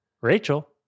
Rachel